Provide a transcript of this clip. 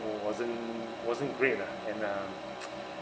wasn't wasn't great lah and uh